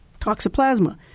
toxoplasma